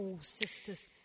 Sisters